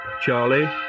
Charlie